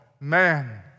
man